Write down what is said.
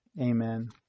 Amen